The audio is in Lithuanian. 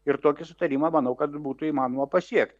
ir tokį sutarimą manau kad būtų įmanoma pasiekt